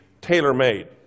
tailor-made